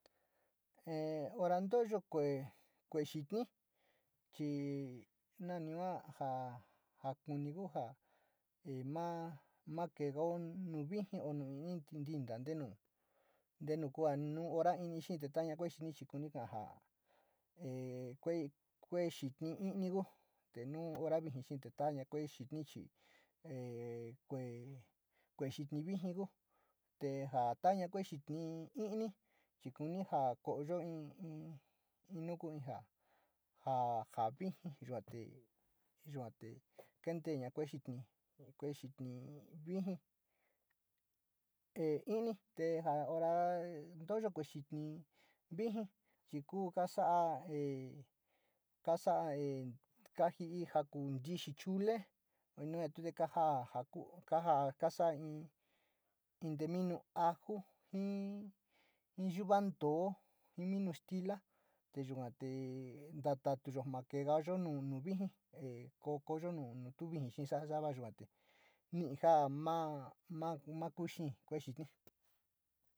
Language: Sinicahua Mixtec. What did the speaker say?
Ora nto´oyo kue´e xitni chi nami yua ja, ja kuni kuja e maa ma keegao nu viji o nu ntinta ntenu, ntenu kua nu ora ntini xeetu te taina kue´e xitni chi kuntiga so e kuee kuee xitni miiri ku te no ora viji te taina kuee xitni chi e kuee in nun viji ku, te ja taina ku kuee xitni ntini, kuu, jaoo koiyo nu viji ja, ja, viji te yua te kentiion kuee viji te ini, ntotayo kuee xitni viji, kuu kasa e kaso kajii jakuu ntixi chole si minu stila te yuga te kajaa kaso in tee minu ajo viji yua ko kooyo nutu viji ji sava yua te ni ja ma, ma kue´e xini.